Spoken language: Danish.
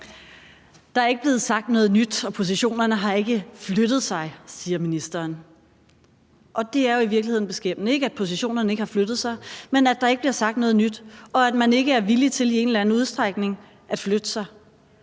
Der er ikke blevet sagt noget nyt, og positionerne har ikke flyttet sig, siger ministeren. Og det er jo i virkeligheden beskæmmende, altså ikke, at positionerne ikke har flyttet sig, men at der ikke bliver sagt noget nyt, og at man ikke er villig til i en eller anden udstrækning at flytte sig.